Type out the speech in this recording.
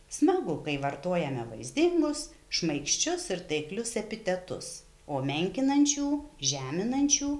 smagu kai vartojame vaizdingus šmaikščius ir taiklius epitetus o menkinančių žeminančių